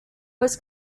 was